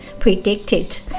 predicted